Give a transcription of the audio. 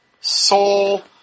soul